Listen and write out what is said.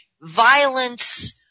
violence